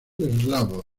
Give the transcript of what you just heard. eslavos